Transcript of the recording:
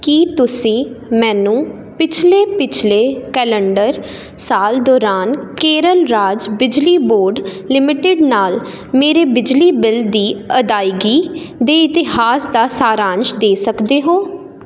ਕੀ ਤੁਸੀਂ ਮੈਨੂੰ ਪਿਛਲੇ ਪਿਛਲੇ ਕੈਲੰਡਰ ਸਾਲ ਦੌਰਾਨ ਕੇਰਲ ਰਾਜ ਬਿਜਲੀ ਬੋਰਡ ਲਿਮਟਿਡ ਨਾਲ ਮੇਰੇ ਬਿਜਲੀ ਬਿੱਲ ਦੀ ਅਦਾਇਗੀ ਦੇ ਇਤਿਹਾਸ ਦਾ ਸਾਰਾਂਸ਼ ਦੇ ਸਕਦੇ ਹੋ